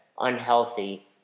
unhealthy